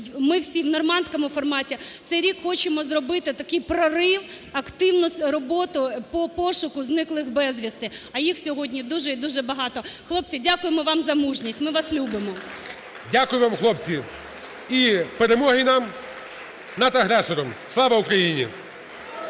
ми всі в "нормандському форматі" в цей рік хочемо зробити такий прорив – активну роботу по пошуку зниклих безвісті. А їх сьогодні дуже і дуже багато. Хлопці, дякуємо вам за мужність. Ми вас любимо! (Оплески) ГОЛОВУЮЧИЙ. Дякуємо вам, хлопці. І перемоги нам над агресором! Слава Україні!